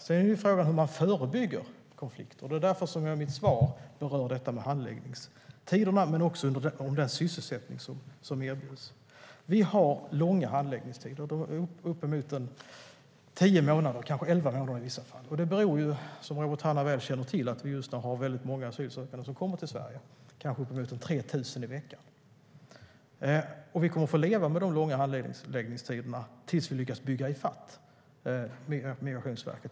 Sedan har vi frågan hur man förebygger konflikter, och i mitt svar berörde jag handläggningstiderna men också den sysselsättning som erbjuds. Vi har långa handläggningstider, uppemot tio månader eller kanske elva i vissa fall. Det beror, som Robert Hannah väl känner till, på att vi just nu har många asylsökande som kommer till Sverige. Det är kanske 3 000 i veckan. Vi kommer att få leva med de långa handläggningstiderna tills vi lyckas bygga i fatt Migrationsverket.